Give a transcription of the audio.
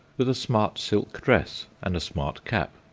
with a smart silk dress and a smart cap,